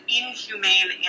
inhumane